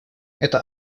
это